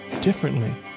differently